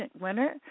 winner